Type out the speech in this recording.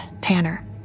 Tanner